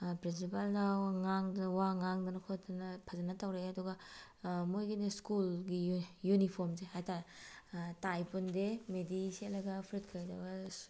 ꯄ꯭ꯔꯤꯟꯁꯤꯄꯥꯜꯅ ꯋꯥ ꯉꯥꯡꯗꯅ ꯋꯥ ꯉꯥꯡꯗꯅ ꯈꯣꯠꯇꯅ ꯐꯖꯅ ꯇꯧꯔꯛꯑꯦ ꯑꯗꯨꯒ ꯃꯣꯏꯒꯤꯅ ꯁ꯭ꯀꯨꯜꯒꯤ ꯌꯨꯅꯤꯐꯣꯔꯝꯁꯦ ꯍꯥꯏꯇꯥꯔꯦ ꯇꯥꯏ ꯄꯨꯟꯗꯦ ꯃꯦꯗꯤ ꯁꯦꯠꯂꯒ ꯐꯨꯔꯤꯠ ꯀꯩꯗꯧꯔꯒ